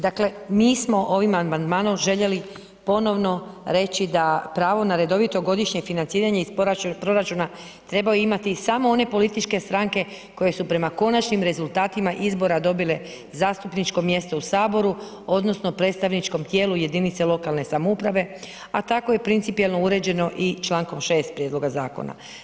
Dakle mi smo ovim amandmanom željeli ponovno reći da pravo na redovito godišnje financiranje iz proračuna trebaju imati samo one političke stranke koje su prema konačnim rezultatima izbora dobile zastupničko mjesto u Saboru odnosno predstavničkom tijelu jedinica lokalne samouprave a tako i principijelno uređeno i člankom 6. prijedloga zakona.